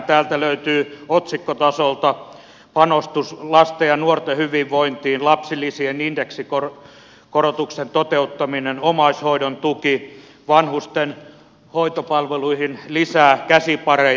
täältä löytyy otsikkotasolta panostus lasten ja nuorten hyvinvointiin lapsilisien indeksikorotuksen toteuttaminen omaishoidon tuki vanhusten hoitopalveluihin lisää käsipareja